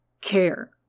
care